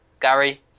Gary